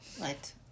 Right